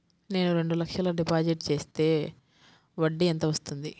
నేను రెండు లక్షల డిపాజిట్ చేస్తే వడ్డీ ఎంత వస్తుంది?